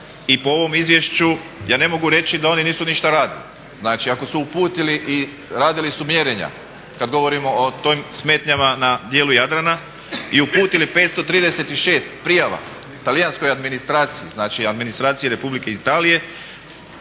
i po ovom izvješću ja ne mogu reći da oni nisu ništa radili. Znači ako su uputili i radili su mjerenja, kad govorimo o tim smetnjama na djelu Jadrana, i uputili 536 prijava talijanskoj administraciji, znači administraciji Republike Italije